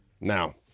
Now